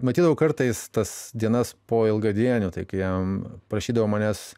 matydavau kartais tas dienas po ilgadienių tai kai jam prašydavo manęs